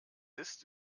ist